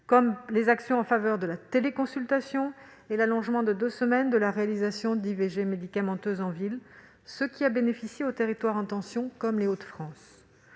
comme la promotion de la téléconsultation et l'allongement de deux semaines du délai des IVG médicamenteuses en ville, ce qui a bénéficié aux territoires en tension, comme les Hauts-de-France.